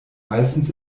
meistens